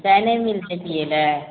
चाय नहि मिलतय पियै लए